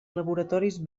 laboratoris